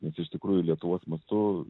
nes iš tikrųjų lietuvos mastu